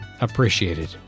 appreciated